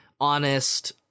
honest